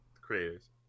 creators